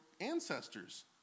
ancestors